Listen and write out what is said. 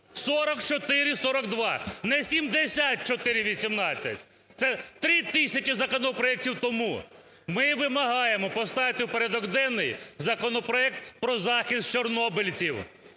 4442! Не 7418. Це три тисячі законопроектів тому. Ми вимагаємо поставити в порядок денний законопроект про захист чорнобильців.